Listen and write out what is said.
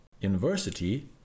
university